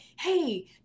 hey